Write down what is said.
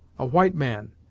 a white man,